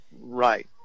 Right